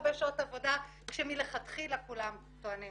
הרבה שעות עבודה שמלכתחילה כולם טוענים